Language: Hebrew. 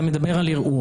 ערעור